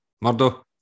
Murdo